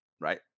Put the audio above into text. right